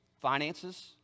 finances